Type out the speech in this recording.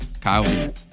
Kyle